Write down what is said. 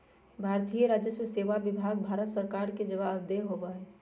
भारतीय राजस्व सेवा विभाग भारत सरकार के जवाबदेह होबा हई